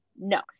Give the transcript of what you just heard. No